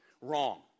Wrong